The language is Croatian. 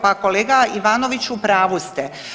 Pa kolega Ivanović u pravu ste.